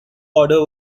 order